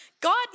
God